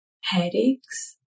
headaches